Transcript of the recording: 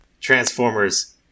Transformers